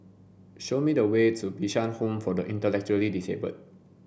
show me the way to Bishan Home for the Intellectually Disabled